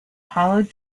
hollowed